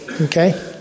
Okay